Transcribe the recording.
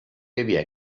havia